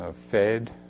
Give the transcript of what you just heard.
fed